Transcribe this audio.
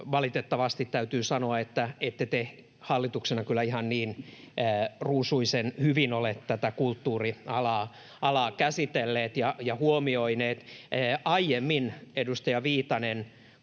valitettavasti täytyy sanoa, että ette te hallituksena kyllä ihan niin ruusuisen hyvin ole tätä kulttuurialaa käsitelleet ja huomioineet. [Pia Viitasen